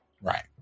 Right